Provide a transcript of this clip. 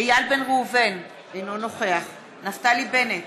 איל בן ראובן, אינו נוכח נפתלי בנט,